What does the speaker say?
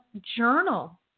journal